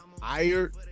hired